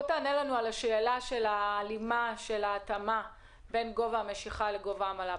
בוא תענה לנו על ההלימה בין גובה המשיכה לגובה העמלה.